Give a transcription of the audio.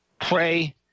pray